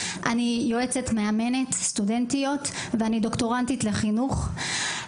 אני יועצת מאמנת סטודנטיות ואני דוקטורנטית לחינוך.